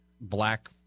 black